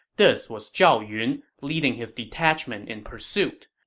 this was zhao yun leading his detachment in pursuit.